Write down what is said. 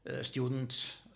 student